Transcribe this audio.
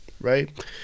right